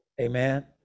Amen